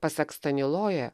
pasak staniloja